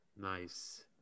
Nice